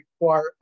require